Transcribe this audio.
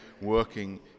working